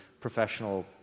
professional